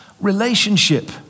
relationship